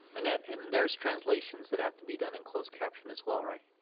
annette, and there's translations that have to be done in closed caption as well, right?